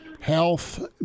health